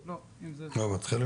אין אופק מגורים, אין מוסדות